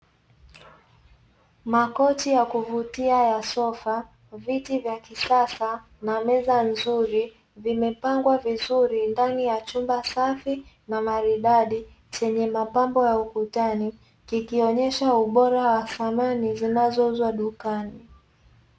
Makochi ya kuvutia ya sofa, viti vya kisasa na meza nzuri, vimepangwa vizuri ndani ya chumba safi na maridadi, chenye mapambo ya ukutani, kikionyesha ubora wa samani zinazouzwa dukani.